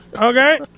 Okay